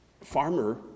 farmer